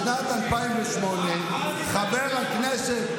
בשנת 2008 חבר הכנסת,